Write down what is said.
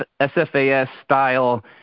SFAS-style